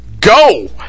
go